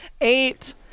Eight